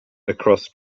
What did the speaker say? across